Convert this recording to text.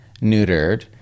neutered